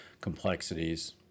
complexities